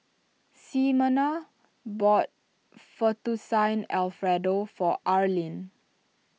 Ximena bought Fettuccine Alfredo for Arlyne